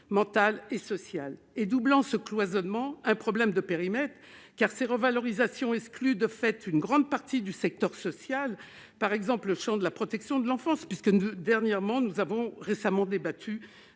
mental et social. À ce cloisonnement s'ajoute un problème de périmètre, car ces revalorisations excluent de fait une grande partie du secteur social, par exemple le champ de la protection de l'enfance dont nous avons récemment débattu.